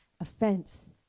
offense